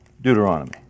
Deuteronomy